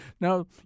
Now